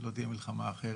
היא לא תהיה מלחמה אחרת.